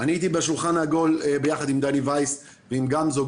אני הייתי בשולחן העגול ביחד עם דני וייס ועם גמזו,